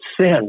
sin